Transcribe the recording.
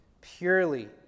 purely